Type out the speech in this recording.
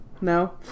No